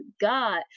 god